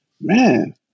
man